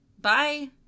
Bye